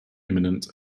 imminent